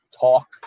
talk